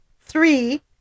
three